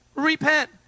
repent